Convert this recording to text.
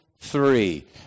three